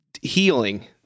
healing